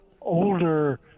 older